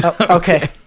Okay